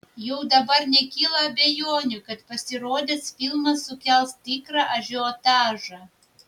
jau dabar nekyla abejonių kad pasirodęs filmas sukels tikrą ažiotažą